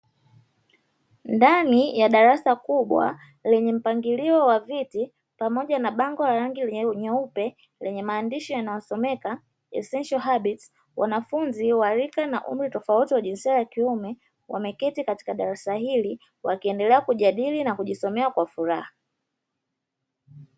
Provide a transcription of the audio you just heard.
Ndani ya darasa kubwa, lenye mpangilio wa viti, pamoja na bango la rangi nyeupe lenye maandishi yanayosomeka 'essential habits' wanafunzi wa rika na umri tofauti wa jinsia ya kiume, wameketi katika darasa hili wakiendelea kujadili na kujisomea kwa furaha.